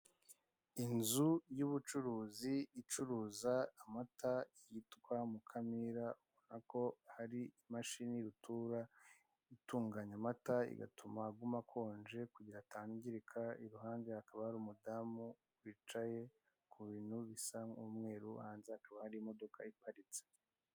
Inzu y'ubucuruzi icuruza amata yitwa Mukamira ubona ko hari imashini rutura itunganya amata igatuma aguma akonje kugira atangirika iruhande hakaba hari umudamu wicaye ku bintu bisa n'umweru hanze hakaba hari imodoka iparitse.